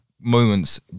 moments